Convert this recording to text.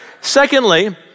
Secondly